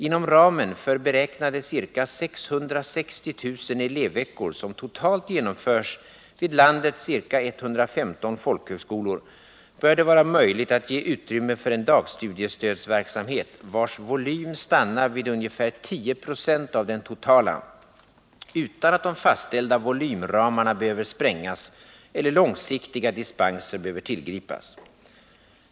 Inom ramen för beräknade ca 660 000 elevveckor som totalt genomförs vid landets ca 115 folkhögskolor bör det vara möjligt att ge utrymme för en dagstudiestödsverksamhet vars volym stannar vid ungefär 10 26 av den totala — utan att de fastställda volymramarna behöver sprängas eller långsiktiga dispenser behöver tillgripas.